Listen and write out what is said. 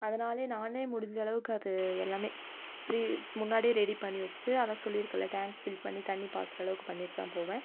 அதனாலேயே நானே முடிஞ்ச அளவுக்கு அது எல்லாமே ப்ரீ முன்னாடியே ரெடி பண்ணி வைச்சிட்டு அதான் சொல்லியிருக்கேன்ல டேங்க் ஃபில் பண்ணி தண்ணீர் பாய்ச்சுற அளவுக்கு பண்ணிட்டுதான் போவேன்